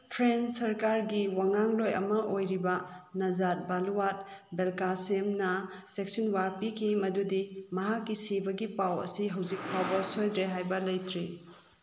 friends ꯁꯔꯀꯥꯔꯒꯤ ꯋꯥꯉꯥꯡꯂꯣꯏ ꯑꯃ ꯑꯣꯏꯔꯤꯕ ꯅꯖꯥꯠ ꯚꯥꯜꯂꯨꯋꯥꯠ ꯕꯦꯜꯀꯥꯁꯦꯝꯅ ꯆꯦꯛꯁꯤꯟꯋꯥ ꯄꯤꯈꯤ ꯃꯗꯨꯗꯤ ꯃꯍꯥꯛꯀꯤ ꯁꯤꯕꯒꯤ ꯄꯥꯎ ꯑꯁꯤ ꯍꯧꯖꯤꯛ ꯐꯥꯎꯕ ꯁꯣꯏꯗ꯭ꯔꯦ ꯍꯥꯏꯕ ꯂꯩꯇ꯭ꯔꯤ